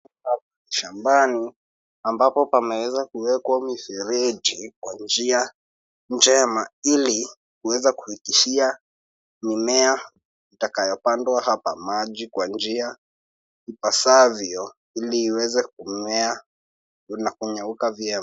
Shambani ambapo pameweza kuwekwa mifereji kwa njia njema ili kuweza kufikishia mimea itakayopandwa hapa. Maji kwa njia ipasavyo ili iwezo kumea na kunyauka vyema.